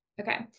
Okay